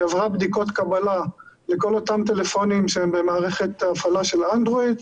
היא עברה בדיקות קבלה לכל אותם טלפונים שהם במערכת הפעלה של אנדרואיד,